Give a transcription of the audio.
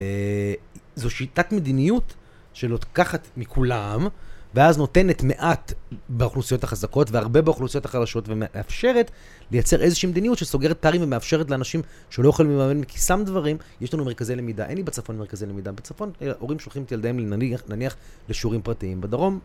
אה... זו שיטת מדיניות שלוקחת מכולם ואז נותנת מעט באוכלוסיות החזקות והרבה באוכלוסיות החלשות ומאפשרת לייצר איזושהי מדיניות שסוגרת פערים ומאפשרת לאנשים שלא יכולים לממן מכיסם דברים - יש לנו מרכזי למידה אין לי בצפון מרכזי למידה בצפון, אלא הורים שולחים את ילדיהם נניח לשיעורים פרטיים בדרום.